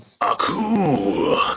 Aku